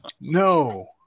No